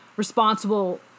responsible